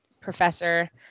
professor